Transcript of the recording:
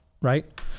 right